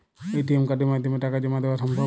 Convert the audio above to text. ATM কার্ডের মাধ্যমে টাকা জমা দেওয়া সম্ভব?